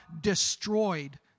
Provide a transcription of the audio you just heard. destroyed